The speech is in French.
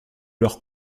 leurs